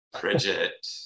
Bridget